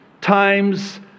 times